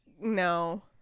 No